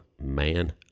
man